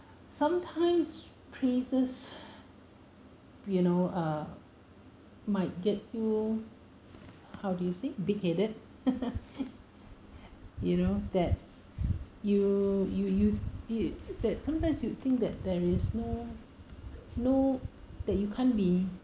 sometimes praises you know uh might get you how do you say big headed you know that you you you you that sometimes you would think that there is no no that you can't be